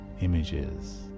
images